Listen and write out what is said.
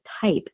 type